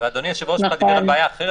ואדוני היושב-ראש בכלל דיבר על בעיה אחרת,